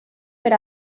per